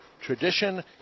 tradition